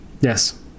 yes